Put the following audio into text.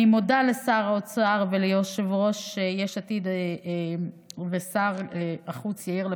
אני מודה לשר האוצר וליושב-ראש יש עתיד ושר החוץ יאיר לפיד,